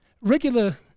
Regular